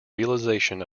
realization